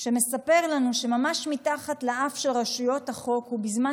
שמספר לנו שממש מתחת לאף של רשויות החוק ובזמן